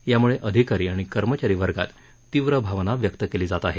यामुळे अधिकारी आणि कर्मचारी वर्गात तीव्र भावना व्यक्त केली जात आहे